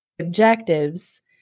objectives